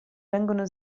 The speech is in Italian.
vengono